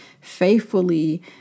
faithfully